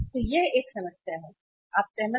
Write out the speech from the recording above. तो यह एक समस्या है आप सहमत हैं